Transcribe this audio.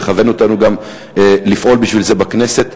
זה מכוון אותנו גם לפעול בשביל זה בכנסת.